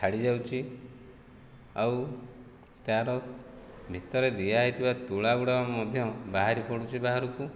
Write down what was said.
ଛାଡ଼ିଯାଉଛି ଆଉ ତାର ଭିତରେ ଦିଆହେଇଥିବା ତୁଳା ଗୁଡ଼ା ମଧ୍ୟ ବାହାରି ପଡ଼ୁଛି ବାହାରକୁ